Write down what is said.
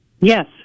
Yes